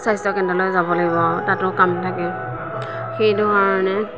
স্বাস্থ্যকেন্দ্ৰলৈ যাব লাগিব তাতো কাম থাকে সেইধৰণে